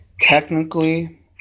technically